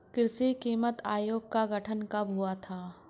कृषि कीमत आयोग का गठन कब हुआ था?